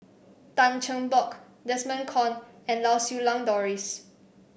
Tan Cheng Bock Desmond Kon and Lau Siew Lang Doris